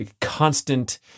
constant